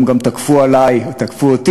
היום גם תקפו אותי,